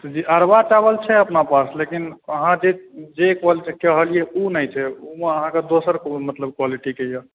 जी अरबा चावल छै अपना पास लेकिन अहाँ जे कहलियै ओ नहि छै ओ अहाँ के दोसर क्वालिटी के अइ